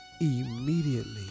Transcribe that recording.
Immediately